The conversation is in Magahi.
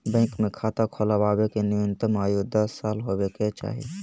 बैंक मे खाता खोलबावे के न्यूनतम आयु दस साल होबे के चाही